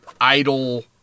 idle